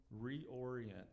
reorient